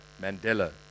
Mandela